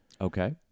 Okay